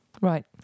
Right